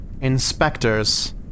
inspectors